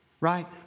Right